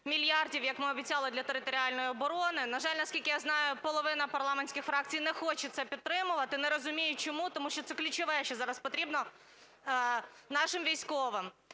як ми і обіцяли, для територіальної оборони. На жаль, наскільки я знаю, половина парламентських фракцій не хоче це підтримувати. Не розумію, чому. Тому що це ключове, що зараз потрібно нашим військовим.